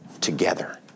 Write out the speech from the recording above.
together